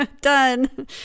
Done